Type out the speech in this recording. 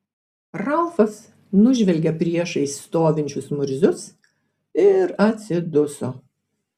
ralfas nužvelgė priešais stovinčius murzius ir atsiduso